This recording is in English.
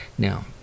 Now